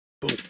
Boom